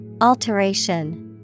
Alteration